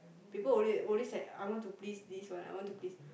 people always always like I want to please this one I want to please